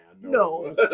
no